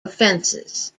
offenses